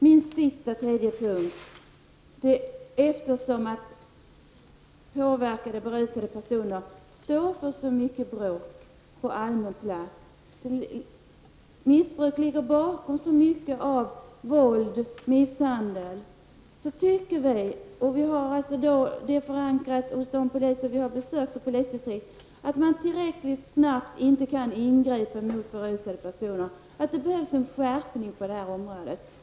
Min sista punkt: Eftersom berusade personer svarar för så mycket bråk på allmän plats -- missbruk ligger bakom så mycket av våld och misshandel -- tycker vi att man inte tillräckligt snabbt kan ingripa mot berusade personer. Denna inställning har vi fått förankrad vid de polisdistrikt som vi har besökt. Därför behövs det en skärpning på detta område.